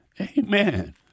Amen